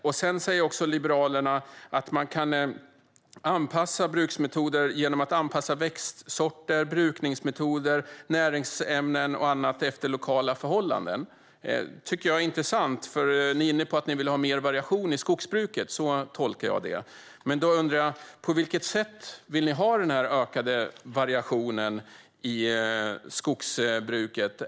Liberalerna säger också att man kan anpassa växtsorter, brukningsmetoder, näringsämnen och annat efter lokala förhållanden. Det låter intressant, och jag tolkar det som att ni vill ha mer variation i skogsbruket. På vilket sätt vill ni ha denna ökade variation i skogsbruket?